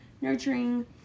nurturing